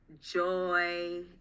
joy